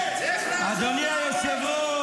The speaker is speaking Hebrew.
אלמוג כהן (עוצמה יהודית): אדוני היושב-ראש,